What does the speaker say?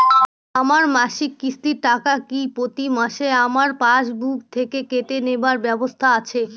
আমার মাসিক কিস্তির টাকা কি প্রতিমাসে আমার পাসবুক থেকে কেটে নেবার ব্যবস্থা আছে?